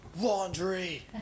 Laundry